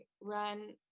run